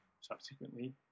subsequently